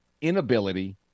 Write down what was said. inability